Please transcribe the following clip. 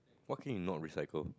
what can you not recycle